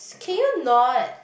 can you not